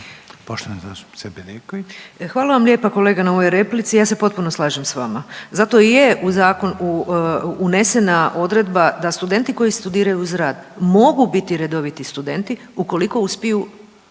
Vesna (HDZ)** Hvala vam lijepo kolega na ovoj replici, ja se potpuno slažem s vama. Zato i je u zakon unesena odredba da studenti koji studiraju uz rad mogu biti redoviti studenti ukoliko uspiju